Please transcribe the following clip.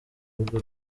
rugo